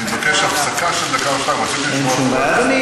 אני מבקש הפסקה של דקה אחת, אין שום בעיה.